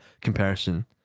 comparison